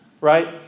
right